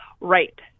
right